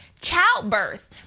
Childbirth